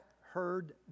heard